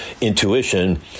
intuition